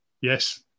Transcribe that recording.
Yes